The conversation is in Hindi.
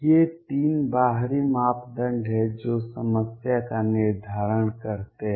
ये 3 बाहरी मापदंड हैं जो समस्या का निर्धारण करते हैं